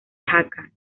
jaca